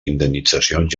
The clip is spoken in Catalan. indemnitzacions